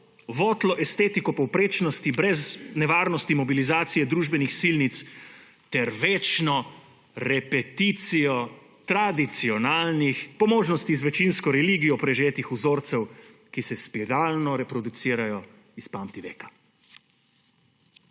votlo estetiko povprečnosti brez nevarnosti mobilizacije družbenih silnic ter večno repeticijo tradicionalnih, po možnosti z večinsko religijo preživetih vzorcev, ki se spiralno reproducirajo iz pamtiveka.